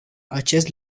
acest